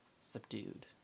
subdued